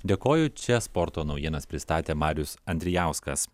dėkoju čia sporto naujienas pristatė marius andrijauskas